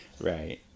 Right